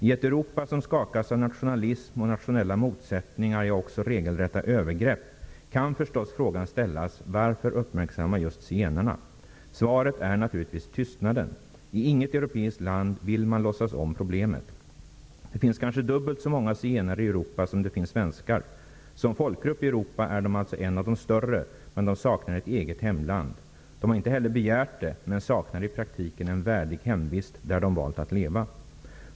I ett Europa som skakas av nationalism och nationella motsättningar och också av regelrätta övergrepp kan förstås frågan ställas varför just zigenarna skall uppmärksammas. Svaret är naturligtvis att de skall uppmärksammas på grund av tystnaden. I inget europeiskt land vill man låtsas om problemet. Det finns kanske dubbelt så många zigenare i Europa som det finns svenskar. Som folkgrupp i Europa är zigenarna alltså en av de större, men de saknar ett eget hemland. De har inte heller begärt det, men i praktiken saknar de en värdig hemvist där de har valt att leva.